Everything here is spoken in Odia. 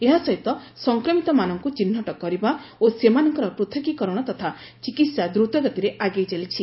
ଏହାସହିତ ସଂକ୍ରମିତମାନଙ୍କୁ ଚିହ୍ନଟ କରିବା ଓ ସେମାନଙ୍କର ପ୍ଦଥକୀକରଣ ତଥା ଚିକିତ୍ସା ଦ୍ରୁତଗତିରେ ଆଗେଇ ଚାଲିଛି